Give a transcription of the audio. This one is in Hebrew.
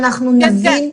בכוח.